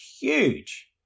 huge